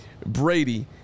Brady